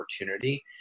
opportunity